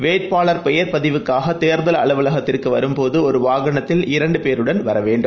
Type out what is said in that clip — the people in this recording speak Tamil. வேட்பாளர் பெயர் பதிவுக்காகதேர்தல் அலுவலகத்திற்குவரும்போதுஒருவாகனத்தில் இரண்டுபேருடன் வரவேண்டும்